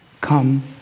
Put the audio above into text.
Come